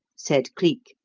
said cleek,